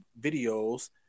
videos